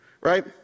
right